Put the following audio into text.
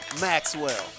Maxwell